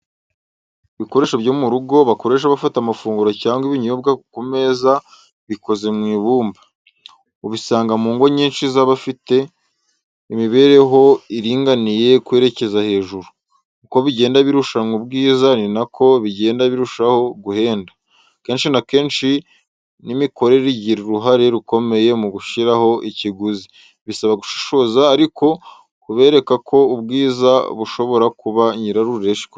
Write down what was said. Ibikoresho byo mu rugo bakoresha bafata amafunguro cyangwa ibinyobwa ku meza bikozwe mu ibumba, ubisanga mu ngo nyinshi z'abafite imibereho iringaniye kwerekeza hejuru. Uko bigenda birushanwa ubwiza ni na ko bigenda birushaho guhenda. Kenshi na kenshi n'imikomerere igira uruhare rukomeye mu gushyiraho ikiguzi. Bisaba gushishoza ariko kubereka ko ubwiza bushobora kuba nyirarureshywa.